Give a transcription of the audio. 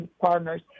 partners